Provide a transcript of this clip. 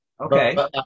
Okay